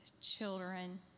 children